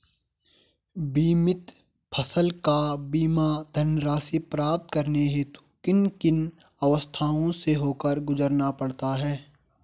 बीमित फसल का बीमा धनराशि प्राप्त करने हेतु किन किन अवस्थाओं से होकर गुजरना पड़ता है?